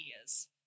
ideas